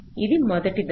ఇది మొదటి దశ